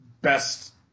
best